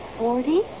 Forty